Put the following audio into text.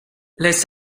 les